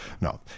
No